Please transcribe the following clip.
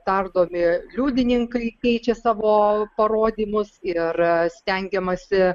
tardomi liudininkai keičia savo parodymus ir stengiamasi